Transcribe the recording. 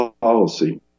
policy